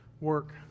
work